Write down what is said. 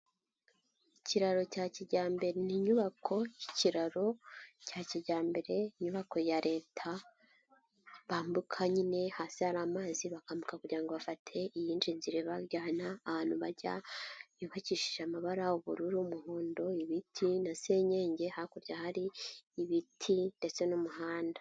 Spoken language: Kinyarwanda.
Ikiraro cya kijyambere ni inyubako y'ikirararo cya kijyambere, inyubako ya leta bambuka nyine, hasi hari amazi bakambuka kugira ngo bafate iyindi nzira ibajyana ahantu bajya, yubakishije amabara: ubururu, umuhondo, ibiti na senyenge, hakurya hari ibiti ndetse n'umuhanda.